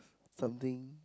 something